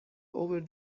over